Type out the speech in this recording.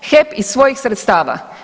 HEP iz svojih sredstava.